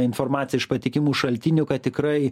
informaciją iš patikimų šaltinių kad tikrai